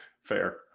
Fair